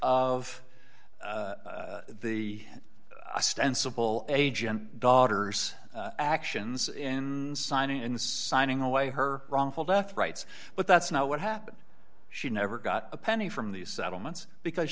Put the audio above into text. of the i stand simple agent daughter's actions in signing and signing away her wrongful death rights but that's not what happened she never got a penny from these settlements because